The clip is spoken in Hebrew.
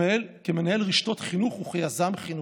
כמנהל רשתות חינוך וכיזם חינוכי.